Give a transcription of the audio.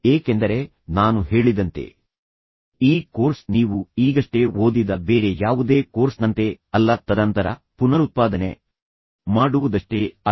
ಏಕೆಂದರೆ ನಾನು ಹೇಳಿದಂತೆ ಈ ಕೋರ್ಸ್ ನೀವು ಈಗಷ್ಟೇ ಓದಿದ ಬೇರೆ ಯಾವುದೇ ಕೋರ್ಸ್ನಂತೆ ಅಲ್ಲ ತದನಂತರ ಪುನರುತ್ಪಾದನೆ ಮಾಡುವುದಷ್ಟೇ ಅಲ್ಲ